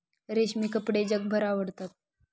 रेशमी कपडे जगभर आवडतात